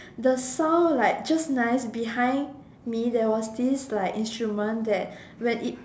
the sound like just nice behind me there was this like instrument like when it